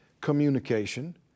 communication